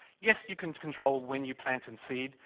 yes you can control when you plant and seed.